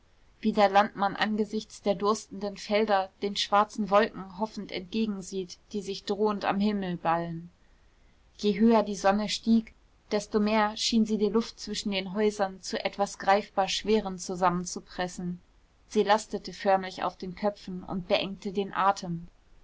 wie der landmann angesichts der durstenden felder den schwarzen wolken hoffend entgegensieht die sich drohend am himmel ballen je höher die sonne stieg desto mehr schien sie die luft zwischen den häusern zu etwas greifbar schwerem zusammenzupressen sie lastete förmlich auf den köpfen und beengte den atem